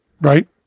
right